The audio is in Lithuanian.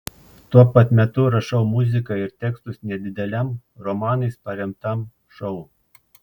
tuo pat metu rašau muziką ir tekstus nedideliam romanais paremtam šou